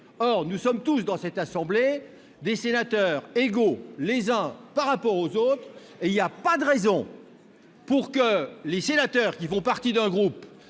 Or nous sommes tous, dans cette assemblée, des sénateurs égaux les uns par rapport aux autres. Il n'y a pas de raison pour que les sénateurs faisant partie d'un groupe